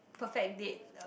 perfect date